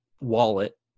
wallet